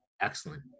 excellent